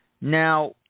Now